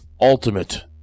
Ultimate